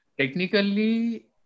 Technically